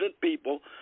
people